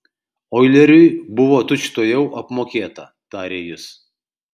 oileriui buvo tučtuojau apmokėta tarė jis